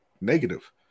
negative